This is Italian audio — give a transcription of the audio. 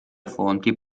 fonti